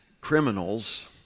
criminals